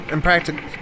Impractical